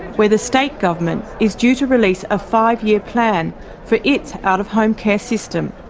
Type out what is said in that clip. where the state government is due to release a five-year plan for its out-of-home care system.